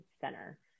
Center